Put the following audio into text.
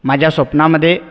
माझ्या स्वप्नामध्ये